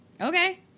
Okay